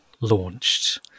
launched